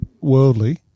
worldly